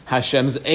Hashem's